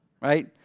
right